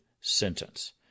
sentence